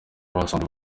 basanze